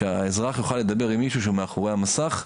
שהאזרח יוכל לדבר עם מישהו שהוא מאחורי המסך.